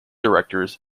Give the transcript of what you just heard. directors